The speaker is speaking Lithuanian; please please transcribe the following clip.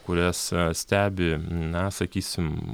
kurias stebi na sakysim